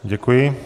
Děkuji.